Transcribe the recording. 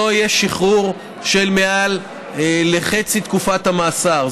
שלא יהיה שחרור של מעל חצי מתקופת המאסר,